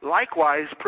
likewise